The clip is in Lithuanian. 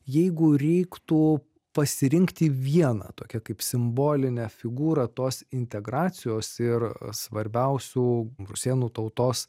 jeigu reiktų pasirinkti vieną tokią kaip simbolinę figūrą tos integracijos ir svarbiausių rusėnų tautos